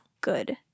good